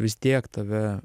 vis tiek tave